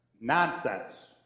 nonsense